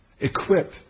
equip